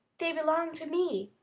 they belong to me,